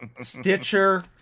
Stitcher